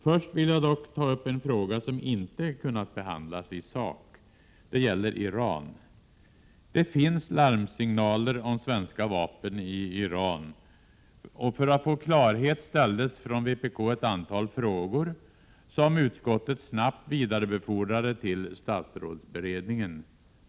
Först vill jag dock ta upp en fråga som inte kunnat behandlas i sak. Det gäller Iran. Det finns larmsignaler om svenska vapen i Iran. För att få klarhet ställdes från vpk ett antal frågor, som utskottet snabbt vidarebefordrade till statsrådsberedningen.